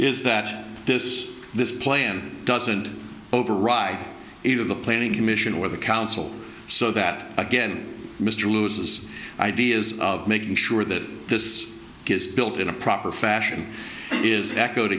is that this this plan doesn't override either the planning commission or the council so that again mr lew says ideas of making sure that this gets built in a proper fashion is echoed